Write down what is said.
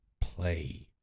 play